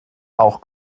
auch